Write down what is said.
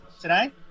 today